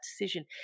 decision